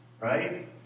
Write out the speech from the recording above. right